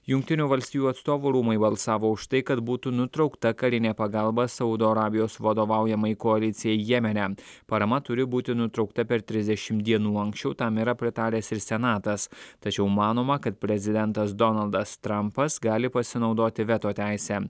jungtinių valstijų atstovų rūmai balsavo už tai kad būtų nutraukta karinė pagalba saudo arabijos vadovaujamai koalicijai jemene parama turi būti nutraukta per trisdešim dienų anksčiau tam yra pritaręs ir senatas tačiau manoma kad prezidentas donaldas trampas gali pasinaudoti veto teise